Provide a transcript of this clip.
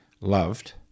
loved